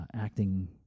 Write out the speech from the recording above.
acting